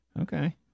Okay